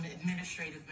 administrative